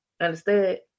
Understood